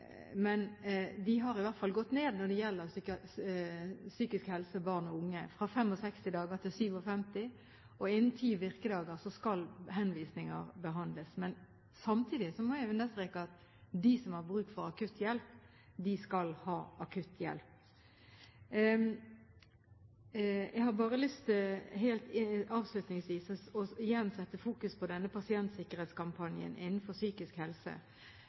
har de iallfall gått ned når det gjelder psykisk helse for barn og unge, fra 65 dager til 57, og innen ti virkedager skal henvisninger behandles. Men samtidig må jeg jo understreke at de som har bruk for akutthjelp, skal ha akutthjelp. Jeg har bare lyst til avslutningsvis igjen å sette fokus på denne pasientsikkerhetskampanjen innenfor psykisk helse.